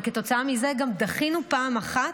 וכתוצאה מזה גם דחינו פעם אחת,